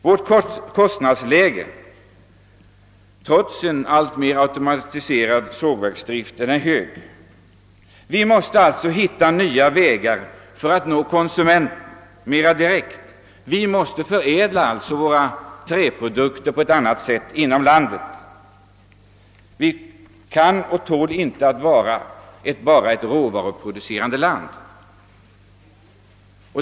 Vårt kostnadsläge är trots en alltmer automatiserad sågverksdrift högt. Vi måste därför hitta nya vägar för att nå konsumenten mera direkt. Vi måste i större utsträckning förädla våra träprodukter inom landet. Vi kan inte bara vara råvaruproducent.